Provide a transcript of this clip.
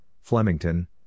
Flemington